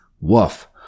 Woof